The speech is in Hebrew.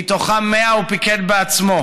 ומתוכן ל 100 הוא פיקד בעצמו.